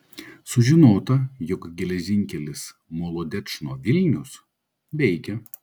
sužinota jog geležinkelis molodečno vilnius veikia